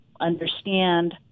understand